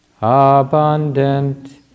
abundant